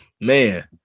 Man